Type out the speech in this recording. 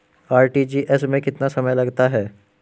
RTGS में कितना समय लगता है?